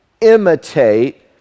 imitate